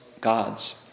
gods